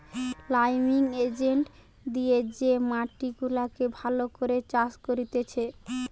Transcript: liming agent দিয়ে যে মাটি গুলাকে ভালো করে চাষ করতিছে